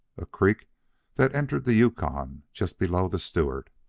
a creek that entered the yukon just below the stewart.